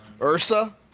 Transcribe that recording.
Ursa